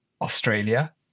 Australia